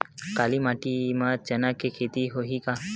काली माटी म चना के खेती होही का?